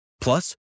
plus